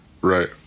Right